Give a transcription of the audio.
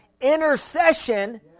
intercession